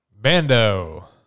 Bando